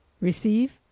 receive